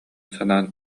санаан